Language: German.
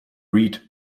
read